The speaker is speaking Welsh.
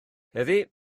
heddiw